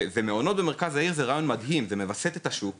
והעניין הזה של מעונות